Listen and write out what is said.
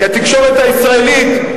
כי התקשורת הישראלית,